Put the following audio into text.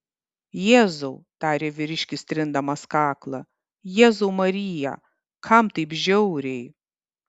jėzau tarė vyriškis trindamasis kaklą jėzau marija kam taip žiauriai